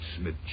Smith